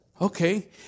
okay